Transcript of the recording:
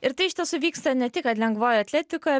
ir tai iš tiesų vyksta ne tik kad lengvojoje atletikoje